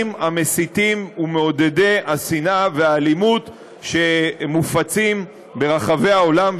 המסיתים ומעודדי השנאה והאלימות שמופצים ברחבי העולם,